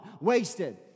wasted